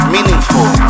Meaningful